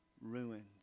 ruins